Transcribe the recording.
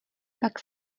pak